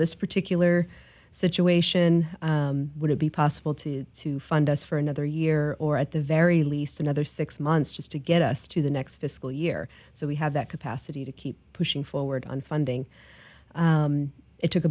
this particular situation would it be possible to to fund us for another year or at the very least another six months just to get us through the next fiscal year so we have that capacity to keep pushing forward on funding it took